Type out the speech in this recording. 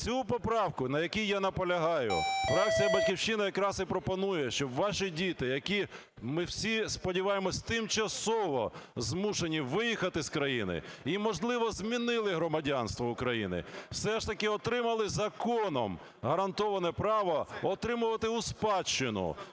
Цю поправку, на якій я наполягаю, фракція "Батьківщина" якраз і пропонує, щоб ваші діти, які, ми всі сподіваємось, тимчасово змушені виїхати з країни і, можливо, змінили громадянство України, все ж таки отримали законом гарантоване право отримувати у спадщину